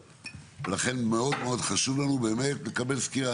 לכן מאוד מאוד חשוב לנו לקבל סקירה.